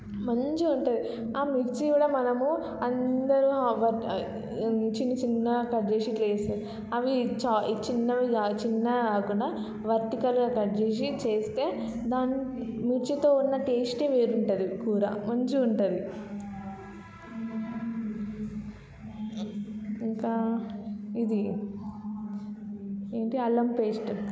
మంచిగా ఉంటుంది ఆ మిర్చి కూడా మనము అందరు అవ చిన్న చిన్నగా కట్ చేసి ఇట్లా చేస్తారు అవి చిన్నవిగా చిన్నవిగా కాకుండా వర్టికల్గా కట్ చేసి చేస్తే దాని మిర్చితో ఉన్న టేస్ట్ వేరు ఉంటుంది కూర మంచిగా ఉంటుంది ఇంకా ఇది ఏంటి అల్లం పేస్ట్